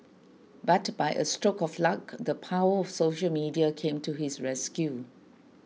but by a stroke of luck the power of social media came to his rescue